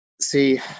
See